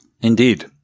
Indeed